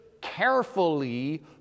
carefully